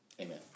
Amen